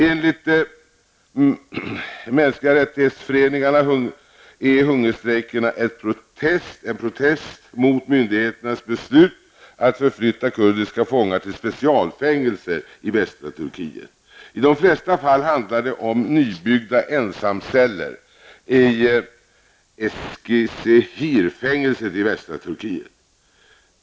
Enligt människorättsföreningarna är hungerstrejkerna en protest mot myndigheternas beslut att förflytta kurdiska fångar till specialfängelser i västra Turkiet. I de flesta fall handlar det om nybyggda ensamceller i Eskisehirfängelset i västra Turkiet.